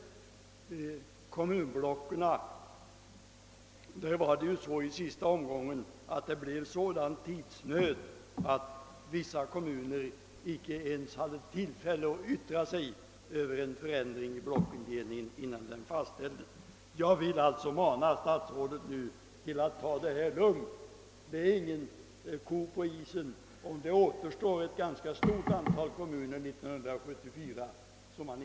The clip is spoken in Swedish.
För kommunblocken blev det vid den sista omgången sådan tidsnöd att vissa kommuner inte ens hade tillfälle att yttra sig över en förändring i blockindelningen innan den fastställdes. Även om det år 1974 återstår ett ganska stort antal kommuner att klara upp vill jag vädja till statsrådet och be honom att ta det lugnt.